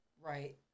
Right